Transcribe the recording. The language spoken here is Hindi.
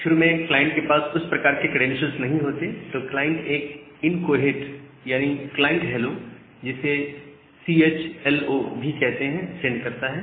शुरू में क्लाइंट के पास उस प्रकार के क्रैडेंशियल्स नहीं होते तो क्लाइंट एक इन कोहेट यानी क्लाइंट हेलो जिसे सीएचएलओ भी कहते हैं सेंड करता है